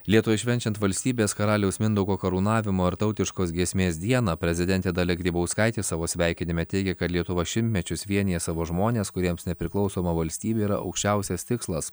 lietuvai švenčiant valstybės karaliaus mindaugo karūnavimo ir tautiškos giesmės dieną prezidentė dalia grybauskaitė savo sveikinime teigia kad lietuva šimtmečius vienija savo žmones kuriems nepriklausoma valstybė yra aukščiausias tikslas